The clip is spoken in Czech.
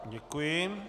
Děkuji.